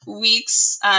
weeks